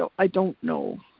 so i don't know.